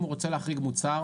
אם הוא רוצה להחריג מוצר,